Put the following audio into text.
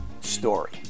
story